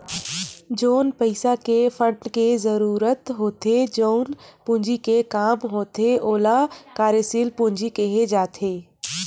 जउन पइसा के फंड के जरुरत होथे जउन पूंजी के काम होथे ओला कार्यसील पूंजी केहे जाथे